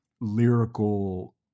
lyrical